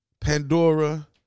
Pandora